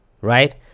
right